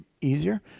easier